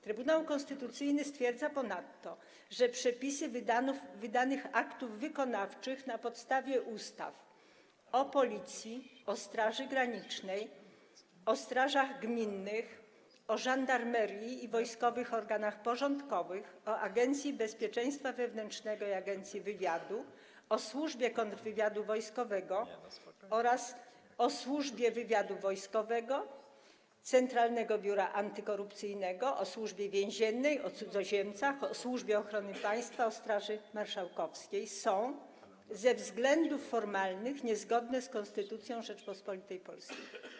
Trybunał Konstytucyjny stwierdza ponadto, że przepisy wydanych aktów wykonawczych na podstawie ustaw: o Policji, o Straży Granicznej, o strażach gminnych, o żandarmerii i wojskowych organach porządkowych, o Agencji Bezpieczeństwa Wewnętrznego i Agencji Wywiadu, o Służbie Kontrwywiadu Wojskowego oraz Służbie Wywiadu Wojskowego, o Centralnym Biurze Antykorupcyjnym, o Służbie Więziennej, o cudzoziemcach, o Służbie Ochrony Państwa i o Straży Marszałkowskiej są ze względów formalnych niezgodne z Konstytucją Rzeczypospolitej Polskiej.